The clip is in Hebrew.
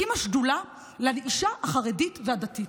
הקימה שדולה לאישה החרדית והדתית.